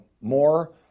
more